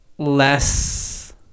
less